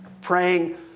Praying